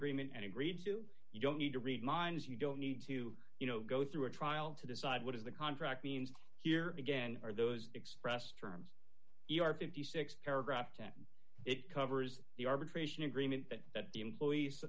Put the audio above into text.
agreement and agreed to you don't need to read minds you don't need to you know go through a trial to decide what is the contract means here again or those expressed terms you are fifty six dollars paragraph it covers the arbitration agreement that that the employees